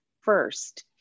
first